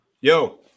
Yo